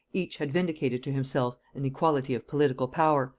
each had vindicated to himself an equality of political power,